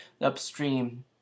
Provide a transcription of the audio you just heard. upstream